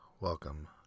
Welcome